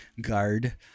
guard